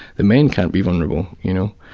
the men can't be vulnerable, you know.